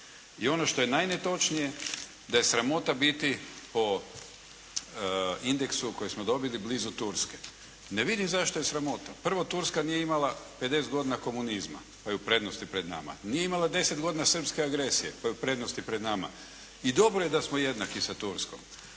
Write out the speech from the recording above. I ono što je najnetočnije, da je sramota biti po indeksu koji smo dobili blizu Turske. Ne vidim zašto je sramota. Prvo, Turska nije imala 50 godina komunizma pa je u prednosti pred nama, nije imala 10 godina srpske agresije pa je u prednosti pred nama i dobro je da smo jednaki sa Turskom,